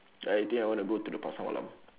I think I want to go to the pasar malam